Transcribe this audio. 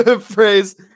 phrase